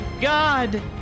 God